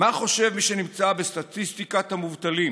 מה חושב מי שנמצא בסטטיסטיקת המובטלים,